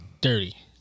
dirty